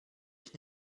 ich